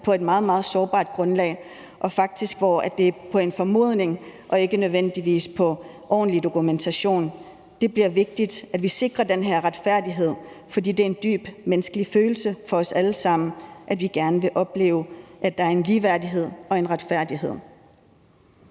på et meget, meget spinkelt grundlag, og hvor det faktisk er på en formodning og ikke nødvendigvis på ordentlig dokumentation. Det er vigtigt, at vi sikrer den her retfærdighed, for det er en dyb menneskelig følelse for os alle sammen, at vi gerne vil opleve, at der er en ligeværdighed og en retfærdighed.